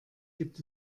gibt